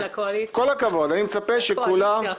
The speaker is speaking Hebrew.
לקואליציה, לקואליציה.